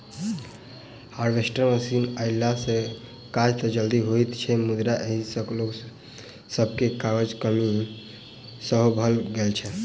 harvester machine अयला सॅ काज त जल्दी होइत छै मुदा एहि सॅ लोक सभके काजक कमी सेहो भ गेल छै